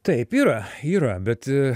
taip yra yra bet